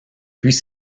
puis